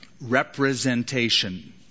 representation